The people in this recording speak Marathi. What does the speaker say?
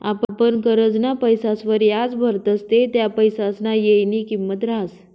आपण करजंना पैसासवर याज भरतस ते त्या पैसासना येयनी किंमत रहास